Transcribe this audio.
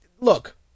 look